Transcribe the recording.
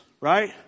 right